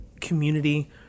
community